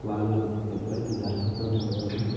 వాళ్ళు ఎప్పడికి జలుబుతోనే ఉంటరు